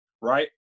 Right